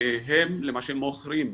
והם למשל מוכרים,